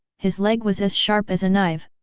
his leg was as sharp as a knive,